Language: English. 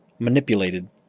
manipulated